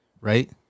right